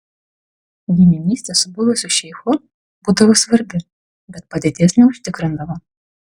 giminystė su buvusiu šeichu būdavo svarbi bet padėties neužtikrindavo